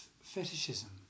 fetishism